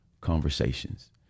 conversations